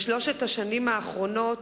בשלוש השנים האחרונות,